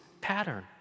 pattern